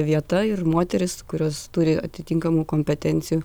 vieta ir moterys kurios turi atitinkamų kompetencijų